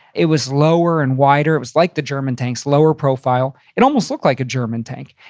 it was lower and wider. it was like the german tanks. lower profile. it almost looked like a german tank.